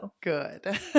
Good